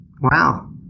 Wow